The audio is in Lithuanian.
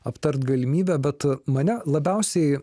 aptart galimybę bet mane labiausiai